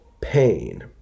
pain